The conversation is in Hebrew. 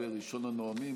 וראשון הנואמים,